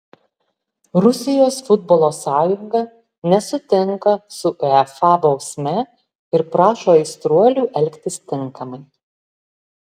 rusijos futbolo sąjunga nesutinka su uefa bausme ir prašo aistruolių elgtis tinkamai